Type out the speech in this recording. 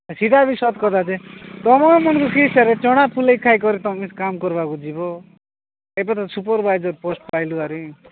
ସେଟା ବି ସତ କଥା ଯେ ତୁମ ମନକୁ କିସରେ ଚଣା ଫୁଲେଇ ଖାଇକରି ତୁମେ କାମ କରିବାକୁ ଯିବ ଏବେ ତ ସୁପରଭାଇଜର୍ ପୋଷ୍ଟ ପାଇଲୁ ଆରେ